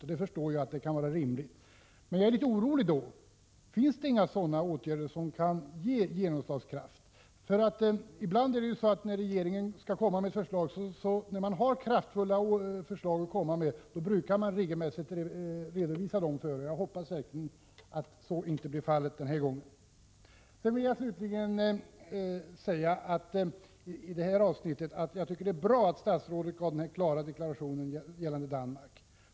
Jag inser att detta kan vara rimligt, men samtidigt blir jag litet orolig: Finns det då inga åtgärder som har genomslagskraft? Jag hoppas verkligen att så inte är fallet den här gången. När en regering skall komma med kraftfulla förslag brukar man regelmässigt redovisa dem i förväg. I det här avsnittet vill jag slutligen säga att jag tyckte det var bra att statsrådet gjorde sin deklaration gällande Danmark.